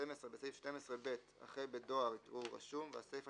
(12)בסעיף 12ב אחרי "בדואר" יקראו "רשום", והסיפה